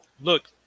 Look